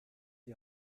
die